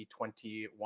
2021